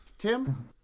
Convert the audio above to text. Tim